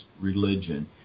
religion